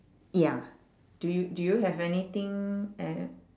ya do you do you have anything em~